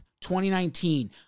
2019